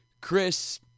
Chris